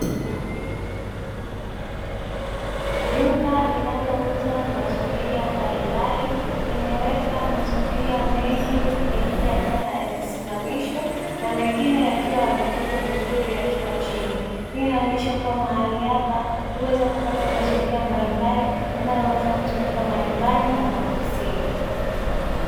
Duka linalouza mazulia mbalimbali limeweka mazulia mengi huku mengine yakiwa yamesimamishwa na mengine yakiwa yamekunjwa vizuri yakiwa chini, hii inaonyesha kuwa mahali hapa huweza kupata mazulia mbalimbali yanayoweza kutumika majumbani na maofisini.